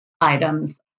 items